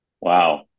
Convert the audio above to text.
Wow